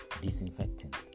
disinfectant